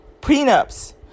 prenups